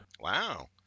Wow